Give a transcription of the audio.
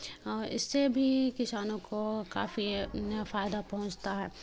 اور اس سے بھی کسانوں کو کافی فائدہ پہنچتا ہے